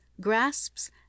grasps